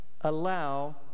allow